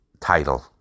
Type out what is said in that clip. title